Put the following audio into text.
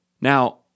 Now